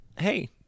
hey